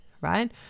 Right